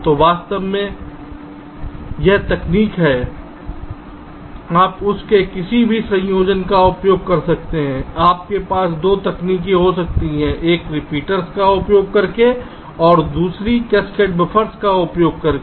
तो वास्तव में यह तकनीक है आप उस के किसी भी संयोजन का उपयोग कर सकते हैं आपके पास यह 2 तकनीकें हो सकती हैं एक रिपीटर का उपयोग करके दूसरी कैस्केड बफ़र्स का उपयोग करके